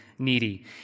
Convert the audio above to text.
Needy